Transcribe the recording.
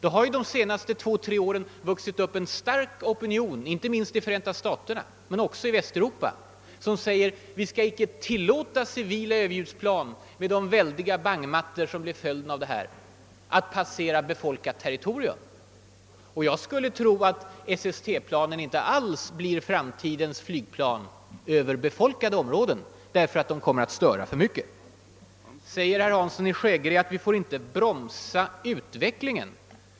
Under de senaste två—tre åren har en stark opinion vuxit fram, inte minst i Förenta staterna men också i Västeuropa, som säger att vi inte skall tillåta civila överljudsplan om de leder till väldiga bangmattor att passera befolkat territorium. Jag tror inte att SST-planen blir »framtidens flygplan» över befolkade områden. De kommer att störa för mycket. Sedan säger herr Hansson i Skegrie att vi inte får »bromsa utvecklingen».